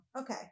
Okay